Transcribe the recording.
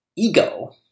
ego